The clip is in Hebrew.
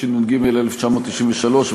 התשנ"ג 1993,